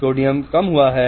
sodium कम हुआ है